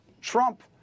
Trump